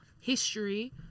history